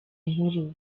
inkuru